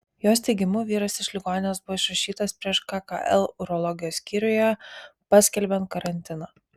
jos teigimu vyras iš ligoninės buvo išrašytas prieš kkl urologijos skyriuje paskelbiant karantiną